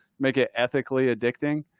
make it ethically addicting,